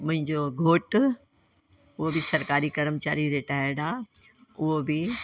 मुहिंजो घोट उहो बि सरकारी करमचारी रिटायर्ड आहे उहो बि